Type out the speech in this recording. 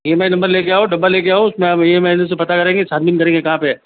E M I number लेकर आओ डिब्बा लेकर आओ उस में हम ई एम आई नम्बर से पता करेंगे छानबीन करेंगे कहाँ पर है